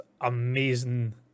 amazing